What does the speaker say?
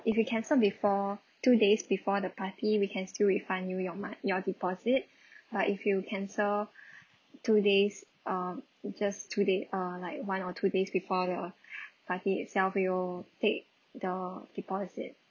if you cancel before two days before the party we can stil refund you your mon~ your deposit but if you cancel two days uh just two day uh like one or two days before the party itself we will take the deposit